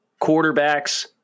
quarterbacks